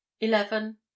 eleven